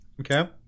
Okay